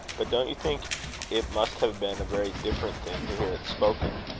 but don't you think it must have been a very different thing to hear it spoken?